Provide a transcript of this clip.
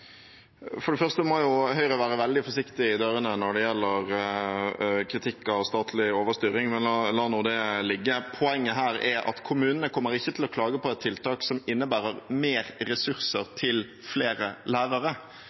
For det første må Høyre gå veldig forsiktig i dørene når det gjelder kritikk av statlig overstyring – men la nå det ligge. Poenget her er at kommunene ikke kommer til å klage på et tiltak som innebærer mer ressurser til flere lærere.